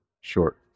short